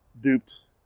duped